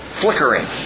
flickering